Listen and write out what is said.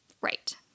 right